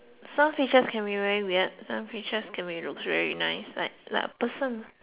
some teachers can be very weird some teachers can be looks very nice like like a person